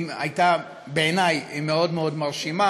זה בעיני מאוד מאוד מרשים.